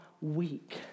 weak